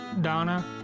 Donna